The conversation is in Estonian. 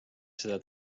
seda